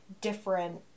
different